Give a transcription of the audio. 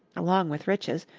along with riches,